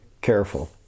careful